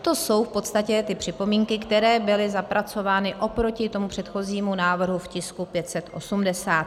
To jsou v podstatě ty připomínky, které byly zapracovány oproti tomu předchozímu návrhu v tisku 580.